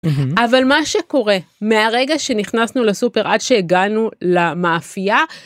אבל מה שקורה מהרגע שנכנסנו לסופר עד שהגענו למאפייה.